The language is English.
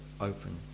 open